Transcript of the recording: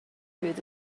through